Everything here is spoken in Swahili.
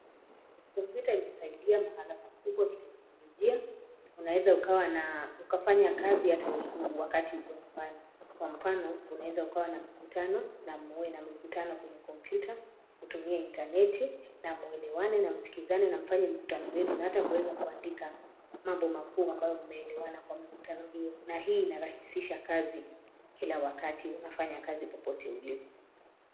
Kompyuta imesaidia mahala pakubwa kiteknolojia. Unaweza ukawa ukafanya kazi hata wakati uko nyumbani kwa mfano, unaweza ukawa na mikutano na muwe na mikutano kwenye kompyuta, kutumia intaneti na muelewane na msikizane na mfanye mkutano wenu na hata muweze kuandika mambo makuu ambayo mumeelewana katika mikutano hiyo, na hii inarahisisha kazi kila wakati unafanya kazi popote ulipo.